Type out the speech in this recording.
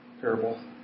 parable